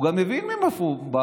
הוא גם מבין בקורונה,